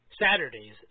Saturdays